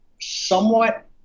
somewhat